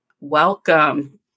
Welcome